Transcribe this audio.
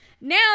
now